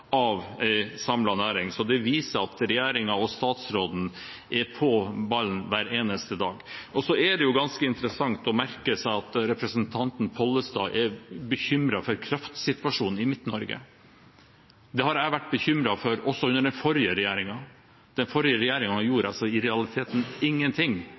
av en samlet næring, så det viser at regjeringen og statsråden er på ballen hver eneste dag. Det er ganske interessant å merke seg at representanten Pollestad er bekymret for kraftsituasjonen i Midt-Norge. Det var jeg bekymret for også under den forrige regjeringen. Den forrige regjeringen gjorde altså i realiteten ingenting